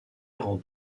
rend